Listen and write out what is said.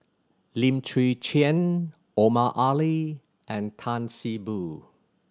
Lim Chwee Chian Omar Ali and Tan See Boo